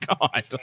god